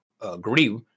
agree